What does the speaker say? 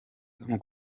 tom